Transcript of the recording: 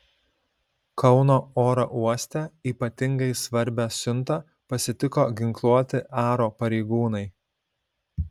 kauno oro uoste ypatingai svarbią siuntą pasitiko ginkluoti aro pareigūnai